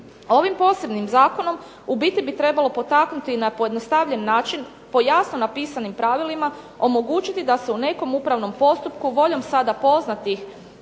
Ovim posebnim zakonom u biti bi trebalo potaknuti i na pojednostavljen način po jasno napisanim pravilima omogućiti da se u nekom upravnom postupku voljom sada poznatih